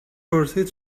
پرسید